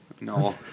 No